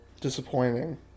disappointing